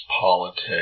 politics